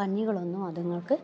പനികളൊന്നും അത്ങ്ങൾക്ക്